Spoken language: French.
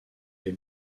les